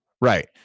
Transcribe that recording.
Right